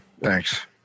thanks